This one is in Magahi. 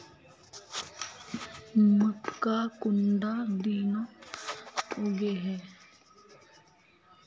मक्का कुंडा दिनोत उगैहे?